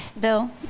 bill